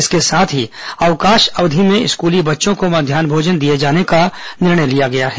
इसके साथ ही अवकाश अवधि में स्कूली बच्चों को मध्यान्ह भोजन दिए जाने का निर्णय लिया गया है